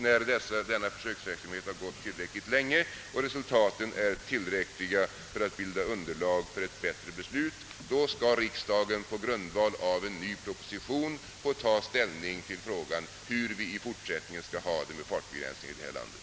När denna försöksverksamhet har pågått tillräckligt länge och resultaten är tillräckliga för att bilda underlag för ett bättre beslut, då skall riksdagen på grundval av en ny proposition få ta ställning till frågan hur vi i fortsättningen skall ha det med fartbegränsningen här i landet.